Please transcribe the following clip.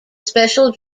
special